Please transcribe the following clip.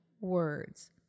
words